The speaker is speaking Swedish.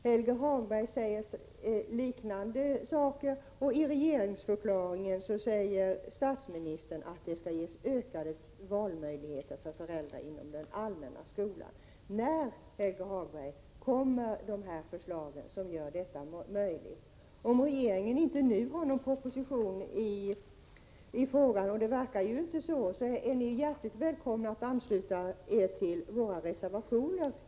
Helge Hagberg säger liknande saker, och i regeringsförklaringen säger statsministern att det skall ges ökade valmöjligheter inom den allmänna skolan. Men när, Helge Hagberg, kommer det sådana förslag som, om de förverkligas, gör detta möjligt? Om regeringen inte nu har någon proposition i detta sammanhang — och det verkar ju inte vara så —, är ni i regeringen hjärtligt välkomna att ansluta er till våra reservationer.